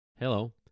Hello